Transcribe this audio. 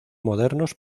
modernos